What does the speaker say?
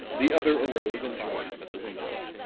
the other arose and joined him at the window.